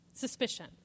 suspicion